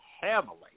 heavily